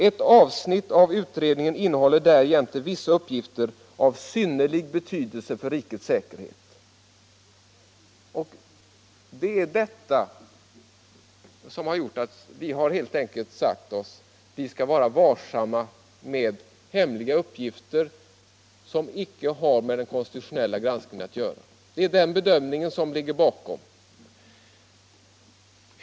Ett avsnitt av utredningen innehåller därjämte vissa uppgifter av synnerlig betydelse för rikets säkerhet.” Detta har gjort att vi helt enkelt sagt oss att vi skall vara varsamma med hemliga uppgifter som inte har med den konstitutionella granskningen att göra. Det är den bedömningen som ligger bakom.